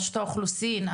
רשות האוכלוסין,